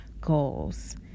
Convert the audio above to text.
goals